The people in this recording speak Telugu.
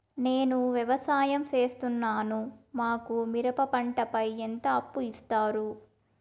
నేను వ్యవసాయం సేస్తున్నాను, మాకు మిరప పంటపై ఎంత అప్పు ఇస్తారు